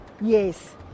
Yes